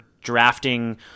drafting